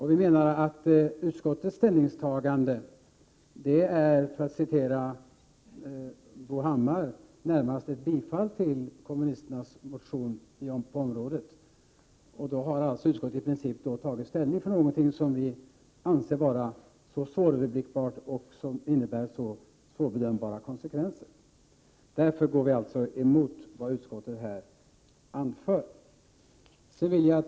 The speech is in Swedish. Vi menar att utskottets ställningstagande, för att citera Bo Hammar, närmast är ett bifall till kommunisternas motion på detta område. Då har alltså utskottet i princip tagit ställning för någonting som vi anser vara så svåröverblickbart och som innebär så svårbedömbara konsekvenser. Därför går vi emot vad utskottet här anfört.